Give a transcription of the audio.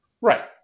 Right